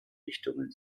richtungen